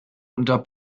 unter